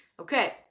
Okay